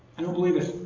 i don't believe it.